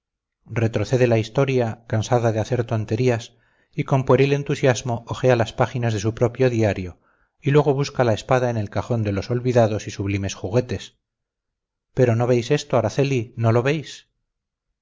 retrocede la historia cansada de hacer tonterías y con pueril entusiasmo hojea las páginas de su propio diario y luego busca la espada en el cajón de los olvidados y sublimes juguetes pero no veis esto araceli no lo veis